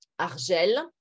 ARGEL